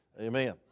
Amen